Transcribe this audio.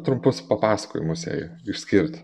trumpus papasakojimus jai išskirt